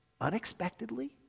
unexpectedly